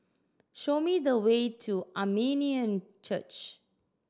show me the way to Armenian Church